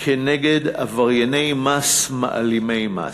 כנגד עברייני מס, מעלימי מס,